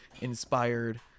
inspired